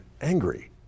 angry